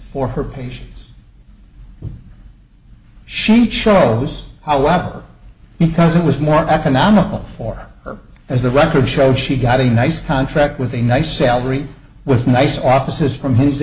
for her patients she chose i wobbled because it was more economical for her as the record shows she got a nice contract with a nice salary with nice offices from his